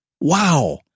wow